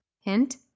Hint